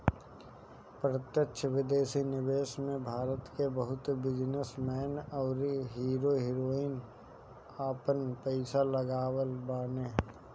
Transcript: प्रत्यक्ष विदेशी निवेश में भारत के बहुते बिजनेस मैन अउरी हीरो हीरोइन आपन पईसा लगवले बाने